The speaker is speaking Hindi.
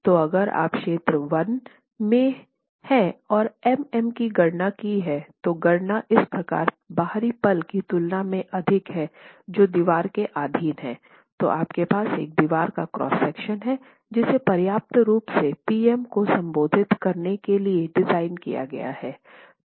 तो अगर आप क्षेत्र 1 में हैं और Mm की गणना की है तो गणना इस प्रकार बाहरी पल की तुलना में अधिक है जो दीवार के अधीन है तो आपके पास एक दीवार का क्रॉस सेक्शन है जिसे पर्याप्त रूप से पी एम को संबोधित करने के लिए डिज़ाइन किया गया है